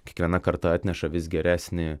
kiekviena karta atneša vis geresnį